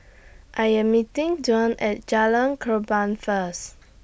I Am meeting Dwain At Jalan Korban First